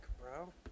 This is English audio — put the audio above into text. bro